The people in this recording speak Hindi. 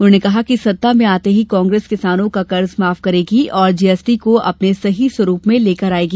उन्होंने कहा कि सत्ता में आते ही कांग्रेस किसानों का कर्ज माफ करेगी और जीएसटी को अपने सही स्वरूप में लेकर आयेगी